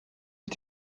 ich